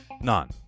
None